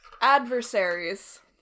Adversaries